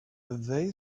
they